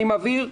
אני מבהיר,